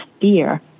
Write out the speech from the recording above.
fear